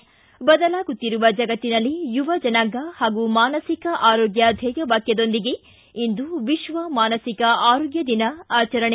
ು ಬದಲಾಗುತ್ತಿರುವ ಜಗತ್ತಿನಲ್ಲಿ ಯುವ ಜನಾಂಗ ಹಾಗೂ ಮಾನಸಿಕ ಆರೋಗ್ಯ ಧ್ಯೇಯ ವಾಕ್ಯದೊಂದಿಗೆ ಇಂದು ವಿಶ್ವ ಮಾನಸಿಕ ಆರೋಗ್ಡ ದಿನ ಆಚರಣೆ